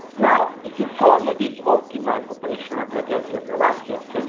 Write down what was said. now if you follow this optimal operational trajectory of your assets,